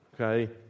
okay